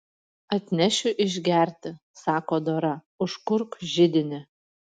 atnešiu išgerti sako dora užkurk židinį